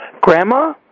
Grandma